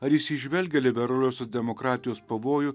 ar jis įžvelgia liberaliosios demokratijos pavojų